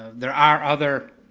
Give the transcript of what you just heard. there are other.